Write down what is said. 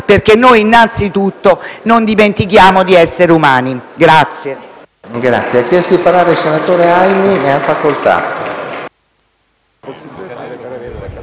perché noi innanzitutto non dimentichiamo di essere umani.